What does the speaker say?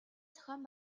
зохион